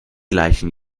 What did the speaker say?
gleichen